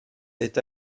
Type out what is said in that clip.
est